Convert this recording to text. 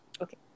Okay